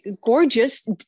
gorgeous